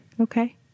Okay